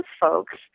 folks